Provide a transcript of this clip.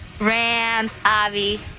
Rams-Avi